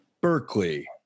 Berkeley